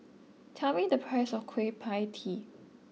tell me the price of Kueh Pie Tee